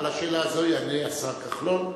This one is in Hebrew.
על השאלה הזאת יענה השר כחלון,